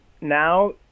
now